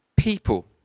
People